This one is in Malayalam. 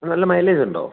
നല്ല മൈലേജുണ്ടോ